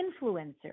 influencer